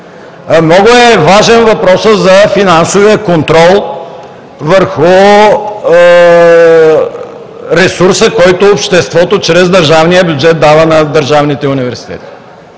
Много е важен въпросът за финансовия контрол върху ресурса, който обществото дава на държавните университети